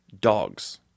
dogs